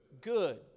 Good